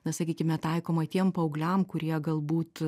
na sakykime taikoma tiem paaugliams kurie galbūt